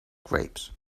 grapes